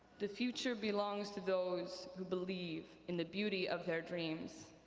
the future belongs to those who believe in the beauty of their dreams.